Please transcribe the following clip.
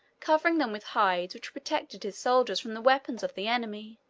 covering them with hides, which protected his soldiers from the weapons of the enemy,